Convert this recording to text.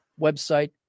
website